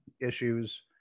issues